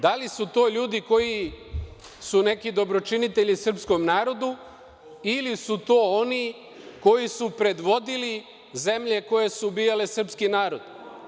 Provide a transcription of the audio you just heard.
Da li su to ljudi koji su neki dobročinitelji srpskom narodu ili su to oni koji su predvodili zemlje koje su ubijale srpski narod?